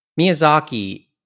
Miyazaki